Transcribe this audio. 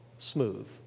smooth